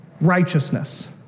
righteousness